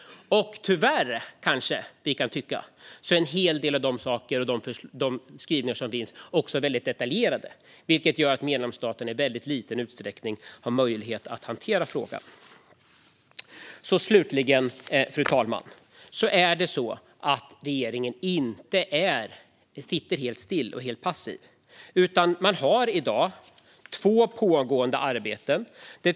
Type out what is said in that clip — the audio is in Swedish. Och tyvärr, kanske vi kan tycka, är en hel del av de skrivningar som finns också väldigt detaljerade, vilket gör att medlemsstaterna i väldigt liten utsträckning har möjlighet att hantera frågan. Fru talman! Regeringen sitter inte helt stilla och är inte helt passiv. Man har i dag två pågående arbeten.